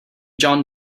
john